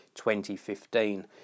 2015